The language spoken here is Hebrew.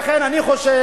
לכן אני חושב,